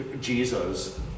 Jesus